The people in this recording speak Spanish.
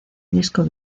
disco